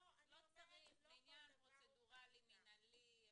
זה עניין פרוצדורלי, מנהלי.